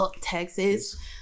Texas